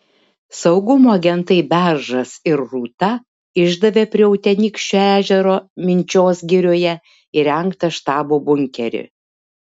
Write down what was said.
saugumo agentai beržas ir rūta išdavė prie utenykščio ežero minčios girioje įrengtą štabo bunkerį